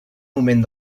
moment